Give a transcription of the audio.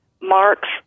marks